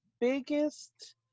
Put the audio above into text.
biggest